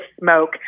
smoke